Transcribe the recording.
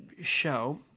show